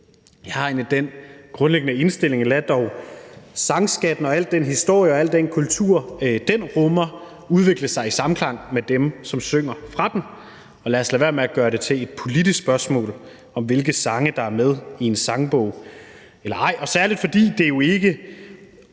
Jeg har egentlig den grundlæggende indstilling, at lad dog sangskatten og al den historie og al den kultur, den rummer, udvikle sig i samklang med dem, som synger fra den, og lad os lade være med at gøre det til et politisk spørgsmål, hvilke sange der er med i en sangbog eller ej. Og særlig, fordi der jo ikke